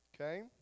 okay